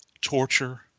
torture